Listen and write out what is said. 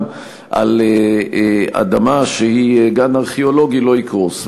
על אדמה שהיא גן ארכיאולוגי לא יקרוס.